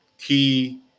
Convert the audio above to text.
key